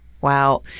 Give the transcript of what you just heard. Wow